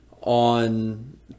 on